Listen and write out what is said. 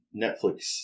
Netflix